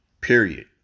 Period